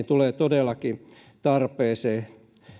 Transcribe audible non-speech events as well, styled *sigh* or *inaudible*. *unintelligible* tulee todellakin tarpeeseen